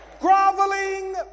groveling